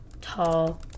tall